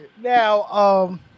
Now